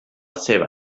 seva